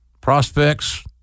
prospects